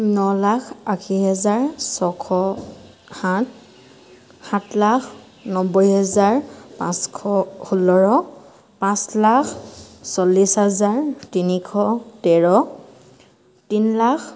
ন লাখ আশী হাজাৰ ছশ সাত সাত লাখ নব্বৈ হেজাৰ পাঁচশ ষোল্ল পাঁচ লাখ চল্লিছ হাজাৰ তিনিশ তেৰ তিনি লাখ